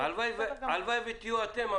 הלוואי ותהיו אתם,